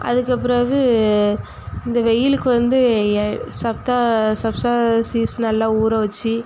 அதுக்குப் பிறகு இந்த வெயிலுக்கு வந்து சப்தா சப்ஸா சீட்ஸ் நல்லா ஊறவச்சு